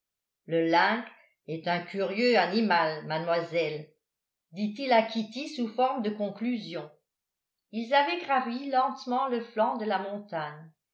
le link est un curieux animal mademoiselle dit-il à kitty sous forme de conclusion ils avaient gravi lentement le flanc de la montagne